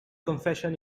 confession